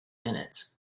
minutes